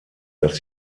dass